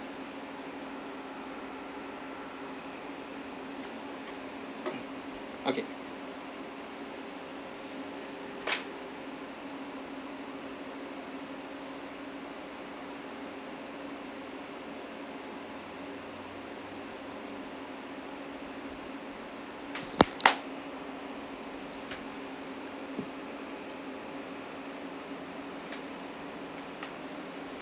okay